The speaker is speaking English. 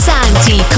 Santi